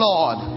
Lord